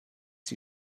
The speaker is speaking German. die